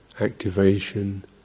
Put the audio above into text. activation